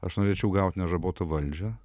aš norėčiau gaut nežabotą valdžią